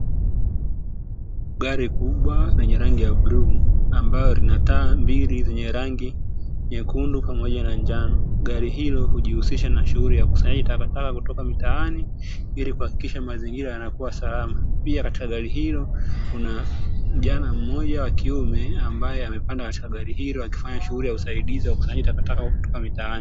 Gari kubwa lenye rangi ya bluu, ambalo linataa mbili zenye rangi nyekundu, pamoja na njano gari ilo ujiusisha na shuguli ya ukusanyaji takataka kutoka mitaani, ili kuhakikisha mazingira yanakuwa salama pia katika gari ili Kuna kijana mmoja wa kiume ambaye amepandakatika gari ilo akifanya shuguli za usahidizi wa kukusanya takataka kutoka mitaani.